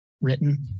written